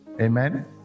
Amen